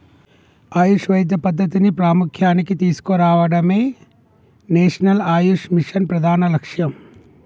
ఆయుష్ వైద్య పద్ధతిని ప్రాముఖ్య్యానికి తీసుకురావడమే నేషనల్ ఆయుష్ మిషన్ ప్రధాన లక్ష్యం